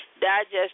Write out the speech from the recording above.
digest